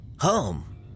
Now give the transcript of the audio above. Home